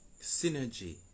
synergy